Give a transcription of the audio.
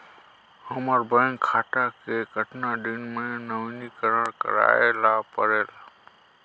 हमर बैंक खाता ले कतना दिन मे नवीनीकरण करवाय ला परेल?